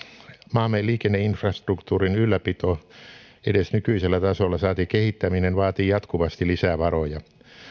maamme liikenneinfrastruktuurin ylläpito edes nykyisellä tasolla saati kehittäminen vaatii jatkuvasti lisää varoja